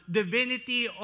divinity